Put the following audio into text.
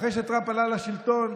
אחרי שטראמפ עלה לשלטון